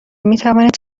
میتوانید